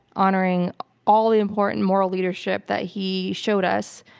honoring all the important moral leadership that he showed us.